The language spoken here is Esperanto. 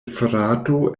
frato